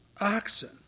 oxen